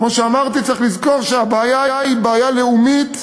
כמו שאמרתי, צריך לזכור שהבעיה היא בעיה לאומית,